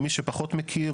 למי שפחות מכיר,